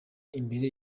imbere